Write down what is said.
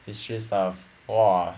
history stuff !wah!